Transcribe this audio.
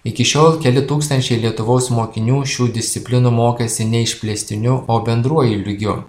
iki šiol keli tūkstančiai lietuvos mokinių šių disciplinų mokėsi ne išplėstiniu o bendruoju lygiu